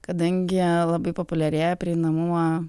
kadangi labai populiarėja prieinamumo